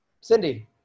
Cindy